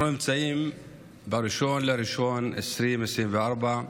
אנחנו נמצאים ב-1 בינואר 2024,